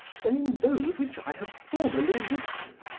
than in those which i have formerly written,